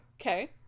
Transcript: okay